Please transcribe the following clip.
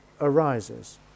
arises